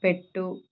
పెట్టు